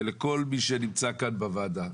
ולכל מי שנמצא כאן בוועדה,